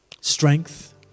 Strength